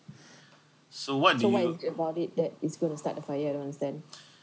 so what do you